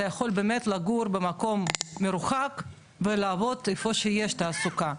אתה יכול באמת לגור במקום מרוחק ולעבוד איפה שיש תעסוקה.